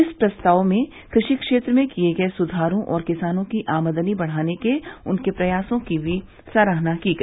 इस प्रस्ताव में कृषि क्षेत्र में किए गए सुधारों और किसानों की आमदनी बढ़ाने के उनके प्रयासों को भी सराहा गया